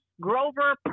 Grover